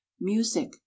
music